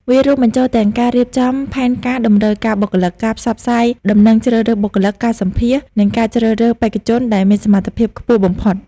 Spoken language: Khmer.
វារួមបញ្ចូលទាំងការរៀបចំផែនការតម្រូវការបុគ្គលិក ការផ្សព្វផ្សាយដំណឹងជ្រើសរើសបុគ្គលិក ការសម្ភាសន៍ និងការជ្រើសរើសបេក្ខជនដែលមានសមត្ថភាពខ្ពស់បំផុត។